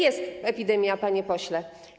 Jest epidemia, panie pośle.